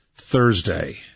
Thursday